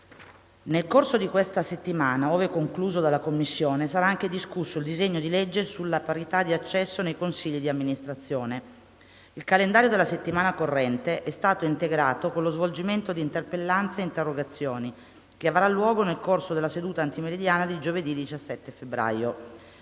Nel corso di questa settimana, ove concluso dalla Commissione, sarà anche discusso il disegno di legge sulla parità di accesso nei consigli di amministrazione. Il calendario della settimana corrente è stato integrato con lo svolgimento di interpellanze e interrogazioni, che avrà luogo nel corso della seduta antimeridiana di giovedì 17 febbraio.